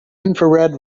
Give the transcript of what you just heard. infrared